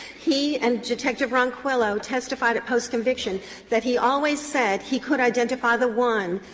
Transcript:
he and detective ronquillo testified at post-conviction that he always said he could identify the one,